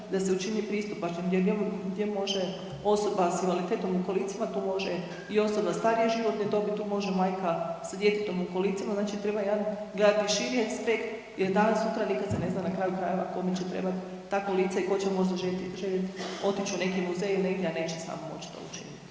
da se učini pristupačnim gdje može osoba s invaliditetom u kolicima tu može i osoba starije životne dobi, tu može majka sa djetetom u kolicima, znači treba jedan gledati širi aspekt jer danas sutra nikad se ne zna na kraju krajeva kome će trebat ta kolica i ko će možda željet otić u neki muzej i negdje, a neće sam moć to učinit.